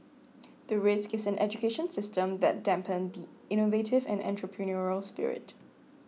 the risk is an education system that dampen the innovative and entrepreneurial spirit